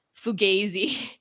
fugazi